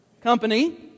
company